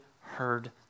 heard